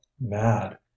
mad